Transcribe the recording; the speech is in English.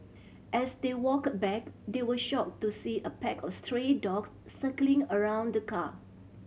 as they walked back they were shocked to see a pack of stray dogs circling around the car